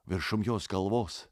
viršum jos galvos